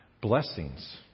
blessings